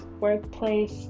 workplace